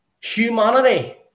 Humanity